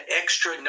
extra